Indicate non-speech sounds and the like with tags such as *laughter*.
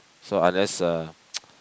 so unless uh *noise*